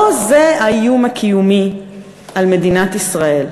לא זה האיום הקיומי על מדינת ישראל.